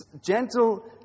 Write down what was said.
gentle